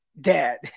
dad